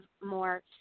more